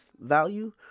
value